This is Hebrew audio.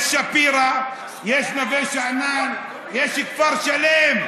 יש שפירא, יש נווה שאנן, יש כפר שלם.